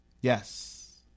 Yes